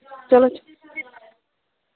चलो